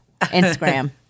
Instagram